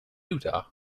utah